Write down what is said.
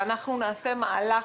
שאנחנו נעשה מהלך,